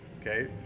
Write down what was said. okay